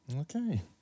Okay